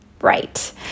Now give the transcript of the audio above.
Right